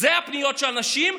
אלה הפניות של האנשים,